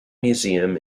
museum